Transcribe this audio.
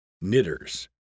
knitters